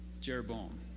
Jeroboam